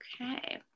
Okay